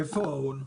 מאיפה ההון?